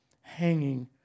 hanging